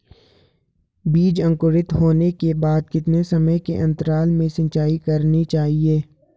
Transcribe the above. बीज अंकुरित होने के बाद कितने समय के अंतराल में सिंचाई करनी चाहिए?